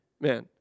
Man